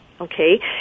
Okay